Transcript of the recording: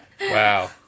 Wow